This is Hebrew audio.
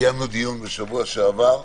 קיימנו דיון בשבוע שעבר.